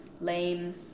Lame